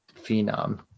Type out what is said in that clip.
phenom